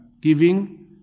Giving